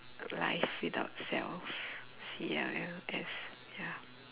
life without cells C E L L S ya